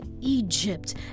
Egypt